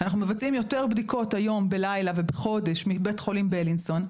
אנחנו מבצעים היום יותר בדיקות בלילה ובחודש מבית חולים בילינסון,